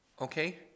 Okay